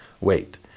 wait